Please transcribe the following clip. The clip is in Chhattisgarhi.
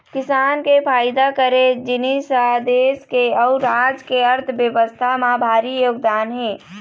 किसान के पइदा करे जिनिस ह देस के अउ राज के अर्थबेवस्था म भारी योगदान हे